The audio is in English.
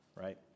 right